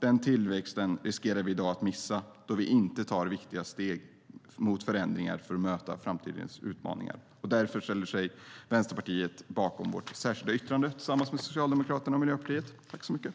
Den tillväxten riskerar vi i dag att missa, då vi inte tar viktiga steg mot förändringar för att möta framtidens utmaningar. Därför ställer vi i Vänsterpartiet oss bakom vårt särskilda yttrande tillsammans med Socialdemokraterna och Miljöpartiet.